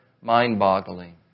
mind-boggling